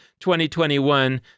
2021